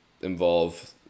involve